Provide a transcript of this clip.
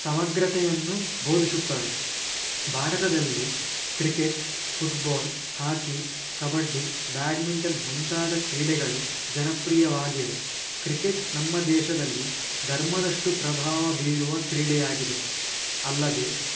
ಸಮಗ್ರತೆಯನ್ನು ಭೋದಿಸುತ್ತವೆ ಭಾರತದಲ್ಲಿ cricket football hockey kabaddi badminton ಮುಂತಾದ ಕ್ರೀಡೆಗಳು ಜನಪ್ರಿಯವಾಗಿವೆ ಕ್ರಿಕೆಟ್ ನಮ್ಮ ದೇಶದಲ್ಲಿ ಧರ್ಮದಷ್ಟು ಪ್ರಭಾವ ಬೀರುವ ಕ್ರೀಡೆಯಾಗಿದೆ ಅಲ್ಲದೆ